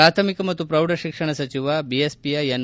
ಪ್ರಾಥಮಿಕ ಮತ್ತು ಪ್ರೌಢಶಿಕ್ಷಣ ಸಚಿವ ಬಿಎಸ್ಪಿಯ ಎನ್